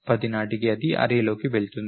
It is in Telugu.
10 నాటికి అది అర్రేలోకి వెళుతుంది